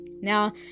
Now